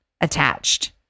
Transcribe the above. attached